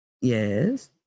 Yes